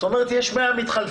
זאת אומרת שיש 100 מתחלפים.